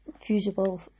fusible